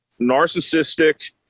narcissistic